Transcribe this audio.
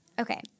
Okay